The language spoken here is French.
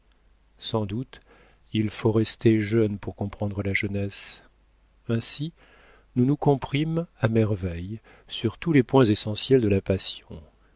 sans doute il faut rester jeune pour comprendre la jeunesse ainsi nous nous comprîmes à merveille sur tous les points essentiels de la passion